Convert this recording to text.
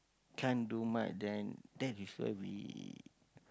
can't do much then that is where we